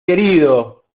querido